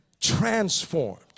transformed